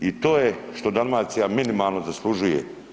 I to je što Dalmacija minimalno zaslužuje.